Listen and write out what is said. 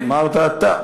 אמרת אתה.